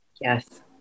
Yes